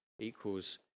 equals